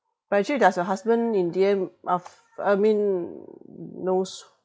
but actually does your husband in the end af~ uh I mean knows